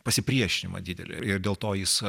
pasipriešinimą didelį ir ir dėl to jis